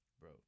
bro